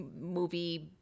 movie